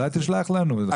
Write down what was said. אולי תשלח לנו.